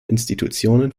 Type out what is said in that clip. institutionen